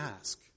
ask